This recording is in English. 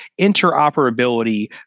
interoperability